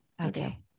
Okay